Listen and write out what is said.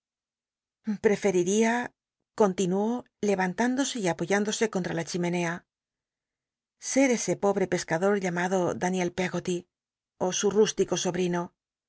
preferiria continuó lemnt lndose y apoyándose conlra la chimenea ser ese pobre pescador llamado daniel peggoty ó su rúslico sobrino